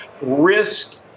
Risk